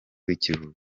w’ikiruhuko